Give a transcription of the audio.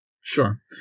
Sure